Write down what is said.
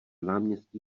náměstí